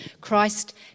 Christ